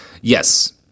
Yes